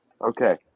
Okay